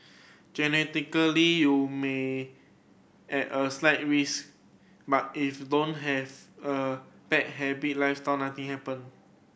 genetically you may at a slight risk but if don't have a bad happy lifestyle nothing happen